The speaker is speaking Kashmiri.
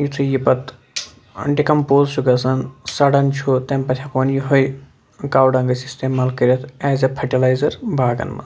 یِتھُے یہِ پتہٕ ڈِکمپوز چھُ گژھان سڑان چھُ تمہِ پتہٕ ہٮ۪کہٕ ہون یِہٕے کاو ڈنٛگ أسۍ استعمال کٔرتھ ایز اےٚ پھٹلایزر باغن منٛز